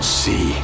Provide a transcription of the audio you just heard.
see